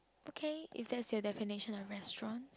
okay if that is your definition of restaurant